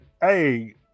Hey